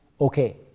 Okay